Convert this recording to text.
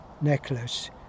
necklace